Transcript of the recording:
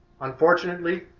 Unfortunately